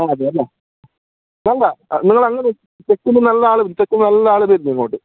ആ അതെ അല്ലേ അല്ല നിങ്ങൾ അങ്ങു തെക്കു നിന്നു നല്ലാൾ വരും തെക്കു നിന്നു നല്ലാൾ വരുന്നു ഇങ്ങോട്ട്